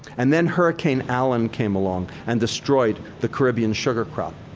and then hurricane allen came along and destroyed the caribbean sugar crop.